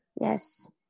yes